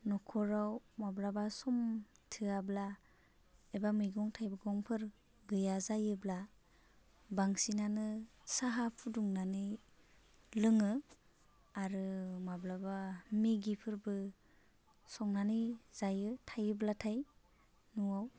न'खराव माब्लाबा सम थोआब्ला एबा मैगं थाइगंफोर गैया जायोब्ला बांसिनानो साहा फुदुंनानै लोङो आरो माब्लाबा मेगिफोरबो संनानै जायो थायोब्लाथाय न'आव